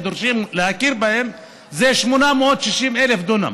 שהם דורשים להכיר בהן זה על 860,000 דונם.